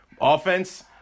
offense